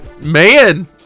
man